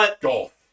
Golf